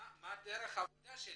-- מה דרך העבודה שלהם?